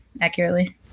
accurately